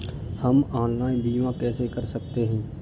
हम ऑनलाइन बीमा कैसे कर सकते हैं?